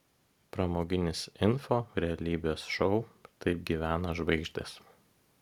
pramoginis info realybės šou taip gyvena žvaigždės